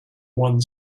one